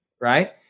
right